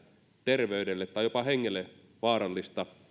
terveydelle tai jopa hengelle vaarallista